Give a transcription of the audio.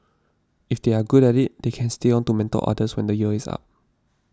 if they are good at it they can stay on to mentor others when the year is up